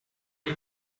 dei